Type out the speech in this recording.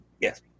Yes